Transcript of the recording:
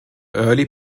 early